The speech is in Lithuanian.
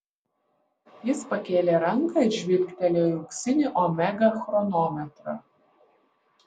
jis pakėlė ranką ir žvilgtelėjo į auksinį omega chronometrą